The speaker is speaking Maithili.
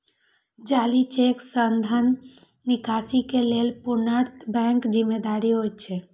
जाली चेक सं धन निकासी के लेल पूर्णतः बैंक जिम्मेदार होइ छै